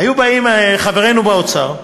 היו באים חברינו באוצר ואומרים: